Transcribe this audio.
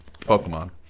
Pokemon